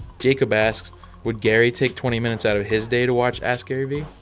jacob asks would gary take twenty minutes out of his day to watch askgaryvee?